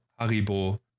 Haribo